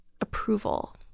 approval